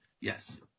Yes